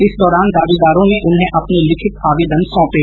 इस दौरान दावेदारों ने उन्हें अपने लिखित आवेदन सौंपे